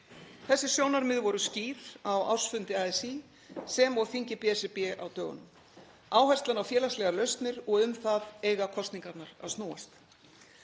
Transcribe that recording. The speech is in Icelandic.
Þessi sjónarmið voru skýr á ársfundi ASÍ sem og þingi BSRB á dögunum; áherslan á félagslegar lausnir, og um það eiga kosningarnar snúast.